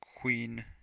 Queen